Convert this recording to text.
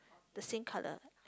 the same colour